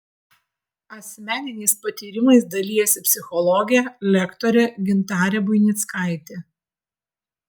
asmeniniais patyrimais dalijasi psichologė lektorė gintarė buinickaitė